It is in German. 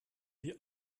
die